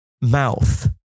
mouth